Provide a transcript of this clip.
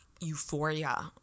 euphoria